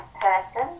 person